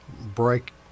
break